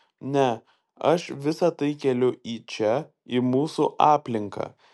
ne aš visa tai keliu į čia į mūsų aplinką